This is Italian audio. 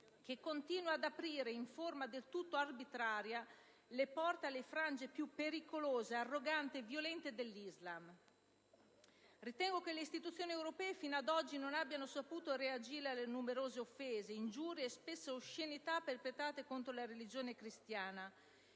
che continua ad aprire, in forma del tutto arbitraria, le porte alle frange più pericolose, arroganti e violente dell'Islam. Ritengo che le istituzioni europee fino ad oggi non abbiano saputo reagire alle numerose offese, ingiurie e spesso oscenità perpetrate contro la religione cristiana,